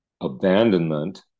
abandonment